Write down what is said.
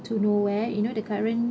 to nowhere you know the current